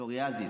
פסוריאזיס,